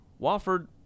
Wofford